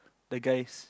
the guys